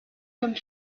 comme